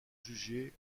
juger